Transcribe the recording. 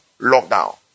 lockdown